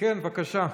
כן, בבקשה.